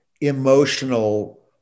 emotional